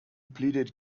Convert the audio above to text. pleaded